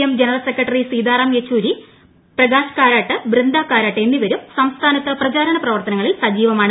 M general secretary Sitaram Yechury Prakash Karat Brinda Karat എന്നിവരും സംസ്ഥാനത്ത് പ്രചാരണ പ്രവർത്തനങ്ങളിൽ സജീവമാണ്